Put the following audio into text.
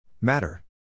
Matter